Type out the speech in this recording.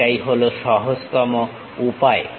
এটাই হলো সহজতম উপায়